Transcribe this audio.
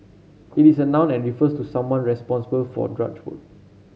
it is a noun and refers to someone responsible for drudge work